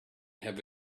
have